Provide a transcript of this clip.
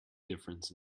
difference